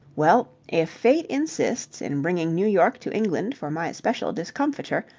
well, if fate insists in bringing new york to england for my special discomfiture,